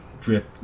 drip